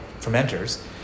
fermenters